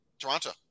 Toronto